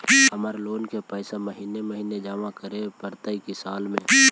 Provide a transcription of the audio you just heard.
हमर लोन के पैसा महिने महिने जमा करे पड़तै कि साल में?